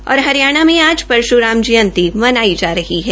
हरियाणा में आज परशुराम जयंती बनाई जा रही है